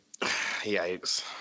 Yikes